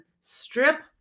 strip